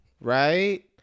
Right